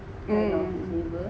hmm